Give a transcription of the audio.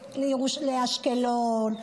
לאשקלון,